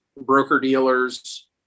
broker-dealers